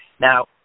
now